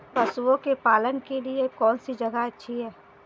पशुओं के पालन के लिए कौनसी जगह अच्छी है?